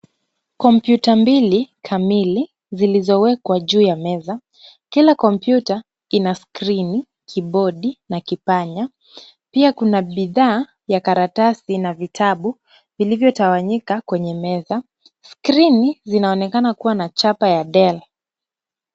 Kompyuta mbili kamili zilizowekwa juu ya meza. Kila kompyuta kina skrini, kibodi na kipanya. Pia kuna bidhaa ya karatasi na vitabu vilivyotawanyika kwenye meza. Skrini zinaonekana kuwa na chapa ya Dell.